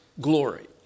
glory